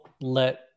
let